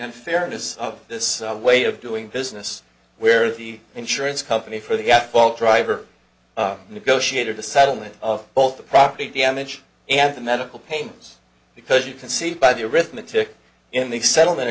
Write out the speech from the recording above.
unfairness of this way of doing business where the insurance company for the got ball driver negotiated the settlement of both the property damage and the medical paintings because you can see by the arithmetic in the settlement